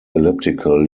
elliptical